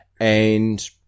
and-